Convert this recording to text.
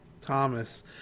Thomas